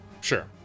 sure